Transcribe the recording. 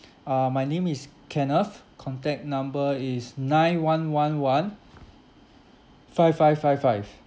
uh my name is kenneth contact number is nine one one one five five five five